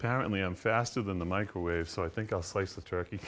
apparently i'm faster than the microwave so i think i'll slice the turkey